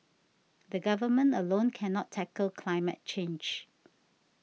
the Government alone cannot tackle climate change